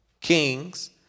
kings